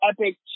epic